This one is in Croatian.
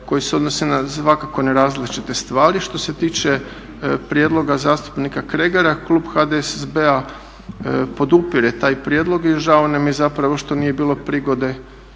koji se odnose svakako na različite stvari. Što se tiče prijedloga zastupnika Kregara klub HDSSB-a podupire taj prijedlog i žao nam je zapravo što nije bilo prigode